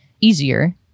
Easier